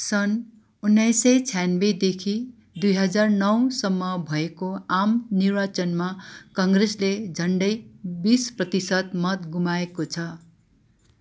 सन् उन्नाइस सय छयान्नब्बेदेखि दुई हजार नौसम्म भएको आम निर्वाचनमा काङ्ग्रेसले झन्डै बिस प्रतिशत मत गुमाएको छ